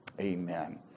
Amen